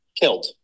killed